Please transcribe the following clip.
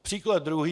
Příklad druhý.